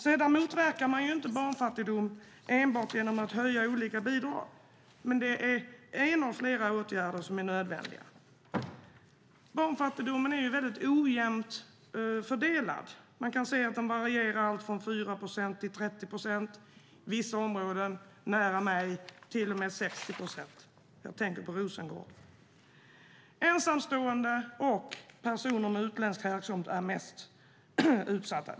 Sedan motverkar man inte barnfattigdom enbart genom att höja olika bidrag, men det är en av flera åtgärder som är nödvändiga. Barnfattigdomen är mycket ojämnt fördelad. Man kan se att den varierar från 4 procent till 30 procent och i vissa områden, nära mig, till och med 60 procent - jag tänker på Rosengård. Ensamstående och personer med utländsk härkomst är mest utsatta.